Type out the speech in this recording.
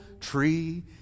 tree